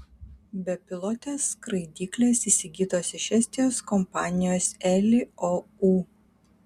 bepilotės skraidyklės įsigytos iš estijos kompanijos eli ou